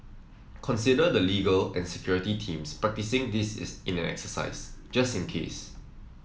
consider the legal and security teams practising this in an exercise just in case